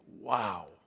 wow